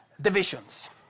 divisions